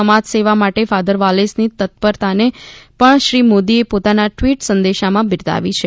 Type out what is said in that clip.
સમાજસેવા માટે father Valles ની તત્પરતાને પણ શ્રી મોદીએ પોતાના ટ્વિટ સંદેશા માં બિરદાવી છે